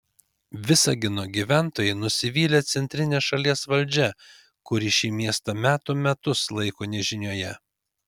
visagino gyventojai nusivylę centrine šalies valdžia kuri šį miestą metų metus laiko nežinioje